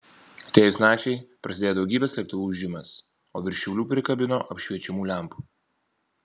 atėjus nakčiai prasidėjo daugybės lėktuvų ūžimas o virš šiaulių prikabino apšviečiamų lempų